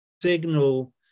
Signal